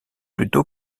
plutôt